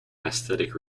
aesthetic